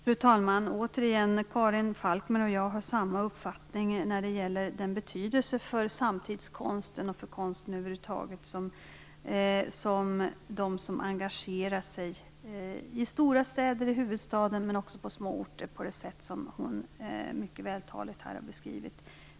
Fru talman! Återigen vill jag säga att Karin Falkmer och jag har samma uppfattning när det gäller den betydelse för samtidskonsten och för konsten över huvud taget som de har som engagerar sig i stora städer, i huvudstaden men också på småorter, på det sätt som hon mycket vältaligt har beskrivit.